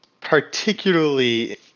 particularly